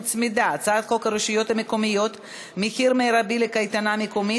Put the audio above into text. הצעת חוק הרשויות המקומיות (פיקוח על מחיר קייטנה ציבורית),